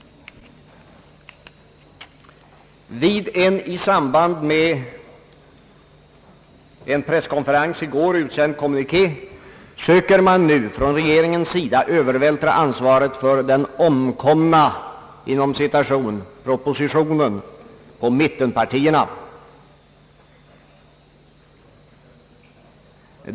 I en i samband med en presskonferens i går utsänd kommuniké söker man nu från regeringens sida övervältra ansvaret för den »omkomna» propositionen på mittenpartierna.